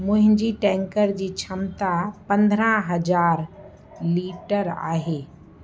मुंहिंजी टैंकर जी क्षमता पंद्रहं हज़ार लीटर आहे